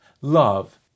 love